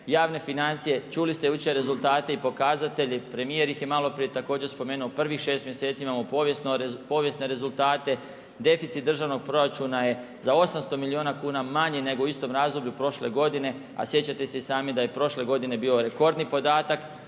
Javne financije, čuli ste jučer rezultate i pokazatelji premjer ih je također spomenuo, prvih 6 mjeseci imamo povijesne rezultate, deficit državnog proračuna je za 800 milijuna kuna manji nego u istom razdoblju prošle godine, a sjećate se i same da je i prošle godine bio rekordni podatak.